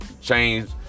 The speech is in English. change